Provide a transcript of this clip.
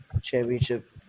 Championship